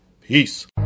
peace